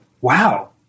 wow